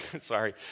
sorry